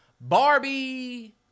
Barbie